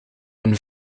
een